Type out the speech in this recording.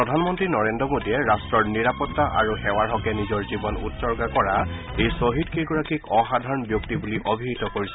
প্ৰধানমন্ত্ৰী নৰেন্দ্ৰ মোদীয়ে ৰাষ্ট্ৰৰ নিৰাপত্তা আৰু সেৱাৰ হকে নিজৰ জীৱন উৎসৰ্গা কৰা এই ছহিদকেইগৰাকীক অসাধাৰণ ব্যক্তি বুলি অভিহিত কৰিছে